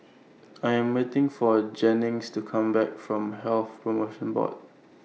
I Am waiting For Jennings to Come Back from Health promotion Board